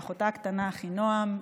לאחותה הקטנה אחינועם,